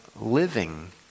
living